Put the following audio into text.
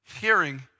hearing